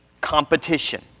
Competition